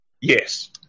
Yes